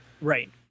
Right